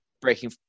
breaking